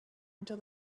until